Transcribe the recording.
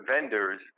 Vendors